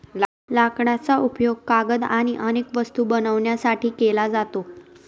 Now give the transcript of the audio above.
लाकडाचा उपयोग कागद आणि अनेक वस्तू बनवण्यासाठी केला जातो